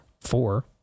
four